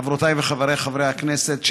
חברותיי וחבריי חברי הכנסת,